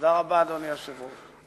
תודה רבה, אדוני היושב-ראש.